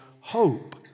hope